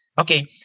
okay